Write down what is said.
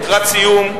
לקראת סיום,